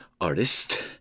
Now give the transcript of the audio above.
artist